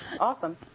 Awesome